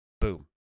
Boom